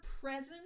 present